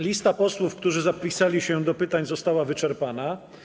Lista posłów, którzy zapisali się do pytań, została wyczerpana.